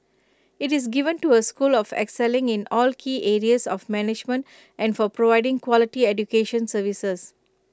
IT is given to A school for excelling in all key areas of management and for providing quality education services